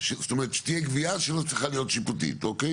שתהיה גבייה שלא צריכה להיות שיפוטית, אוקיי?